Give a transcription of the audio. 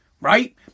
right